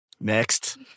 next